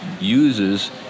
uses